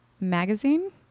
magazine